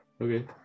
Okay